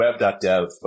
web.dev